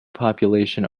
population